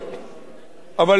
אבל זו בין השאר